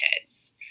kids